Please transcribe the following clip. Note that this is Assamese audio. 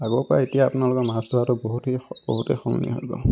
আগৰ পৰাই এতিয়া আপোনাৰ মাছ ধৰাটো বহুতেই বহুতেই সলনি হৈ গ'ল